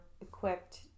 equipped